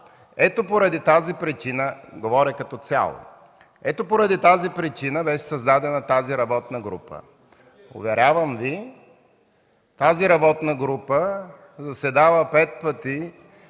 е високо експертна – говоря като цяло. Поради тази причина беше създадена тази работна група. Уверявам Ви, тази работна група заседава пет пъти